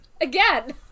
again